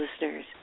listeners